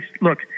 look